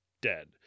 dead